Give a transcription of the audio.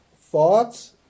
Thoughts